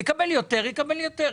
אם יקבל יותר, יקבל יותר.